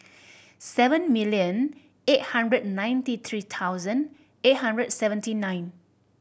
seven million eight hundred ninety three thousand eight hundred seventy nine